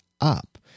up